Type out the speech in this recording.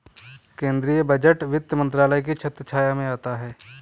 केंद्रीय बजट वित्त मंत्रालय की छत्रछाया में आता है